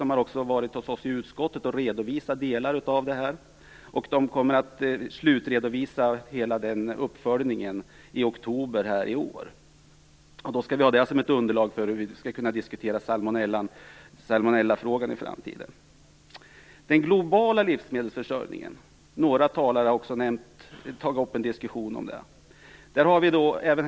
Livsmedelsverket har varit hos oss i utskottet och redovisat delar av detta och kommer att slutredovisa hela uppföljningen i oktober i år. Då skall vi ha det som ett underlag för att diskutera salmonellafrågan i framtiden. Några talare har tagit upp en diskussion om den globala livsmedelsförsörjningen.